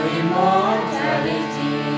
immortality